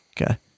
Okay